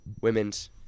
Women's